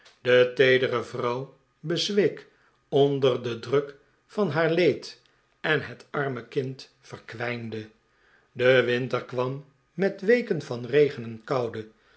de teedere vrouw bezweek onder den druk van haar leed en het arme kind verkwijnde de winter kwam met weken van re gen en koude